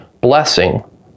blessing